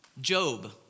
Job